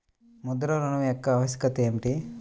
ముద్ర ఋణం యొక్క ఆవశ్యకత ఏమిటీ?